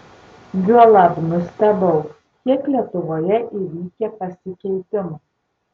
juolab nustebau kiek lietuvoje įvykę pasikeitimų